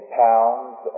pounds